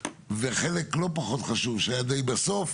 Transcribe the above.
וחלק לא פחות חשוב שהיה די בסוף,